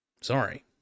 Sorry